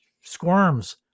squirms